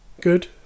Good